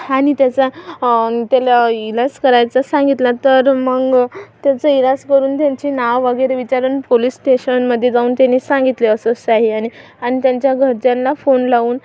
आणि त्याचा त्याला इलाज करायचा सांगितला तर मग त्याचा इलाज करून त्यांची नाव वगैरे विचारून पोलीस स्टेशनमध्ये जाऊन त्यानी सांगितले असं असं आहे आणि त्यांच्या घरच्यांना फोन लावून